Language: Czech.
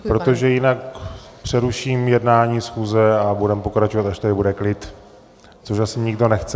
Protože jinak přeruším jednání schůze a budeme pokračovat, až tady bude klid, což asi nikdo nechceme.